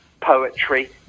poetry